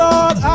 Lord